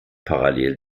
parallel